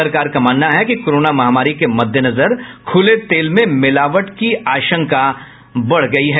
सरकार का मानना है कि कोरोना महामारी के मद्देनजर खूले तेल में मिलावट की आशंका बनी रहती है